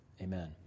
Amen